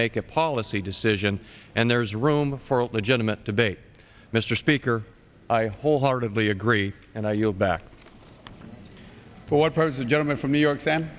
make a policy decision and there's room for a legitimate debate mr speaker i wholeheartedly agree and i yield back for purposes gentlemen from new york sa